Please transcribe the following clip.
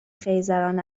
خیزران